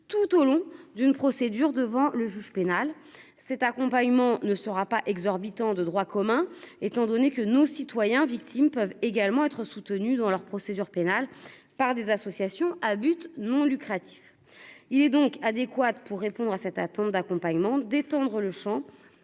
tout au long d'une procédure devant le juge pénal cet accompagnement ne sera pas exorbitant de droit commun, étant donné que nos citoyens victimes peuvent également être soutenus dans leur procédure pénale par des associations à but non lucratif, il est donc adéquate pour répondre à cette attente d'accompagnement, d'étendre le Champ